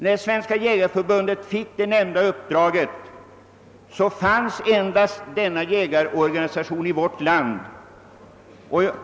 ” När Svenska jägareförbundet fick det nämnda uppdraget fanns endast denna jägarorganisation i vårt land.